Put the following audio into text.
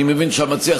אני מבין שהמציע,